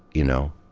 you know,